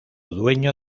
dueño